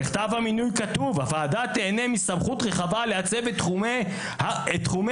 ובכתב המינוי כתוב: "הוועדה תהנה מסמכות רחבה לעצב את תחומי חקירתה".